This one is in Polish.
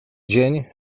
dzień